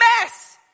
mess